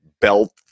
belt